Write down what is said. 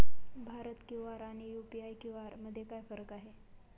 Bharat QR आणि UPI QR मध्ये काय फरक आहे?